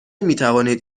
میتوانید